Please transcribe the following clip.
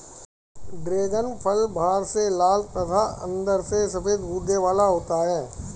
dragon फल बाहर से लाल तथा अंदर से सफेद गूदे वाला होता है